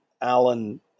Alan